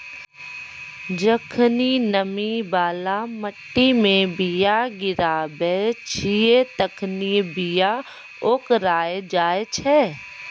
जखनि नमी बाला मट्टी मे बीया गिराबै छिये तखनि बीया ओकराय जाय छै